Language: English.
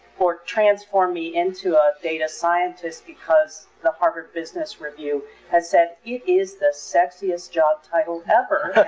or transforming into a data scientist because the harvard business review has said it is the sexiest job title ever.